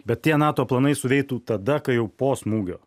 bet tie nato planai suveitų tada kai jau po smūgio